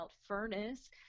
furnace